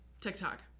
TikTok